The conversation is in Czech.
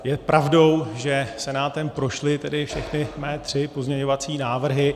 Je pravdou, že Senátem prošly všechny mé tři pozměňovací návrhy.